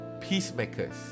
Peacemakers